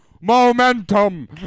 momentum